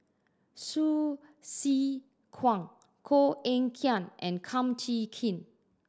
Hsu Tse Kwang Koh Eng Kian and Kum Chee Kin